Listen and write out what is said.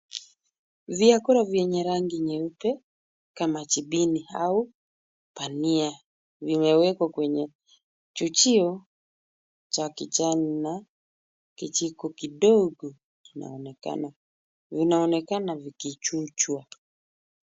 Vyakula vyenye rangi nyeupe kama jibini au pania vimewekwa kwenye chujio cha kijani na kijiko kidogo kinaonekana, vinaonekana vikichujwa.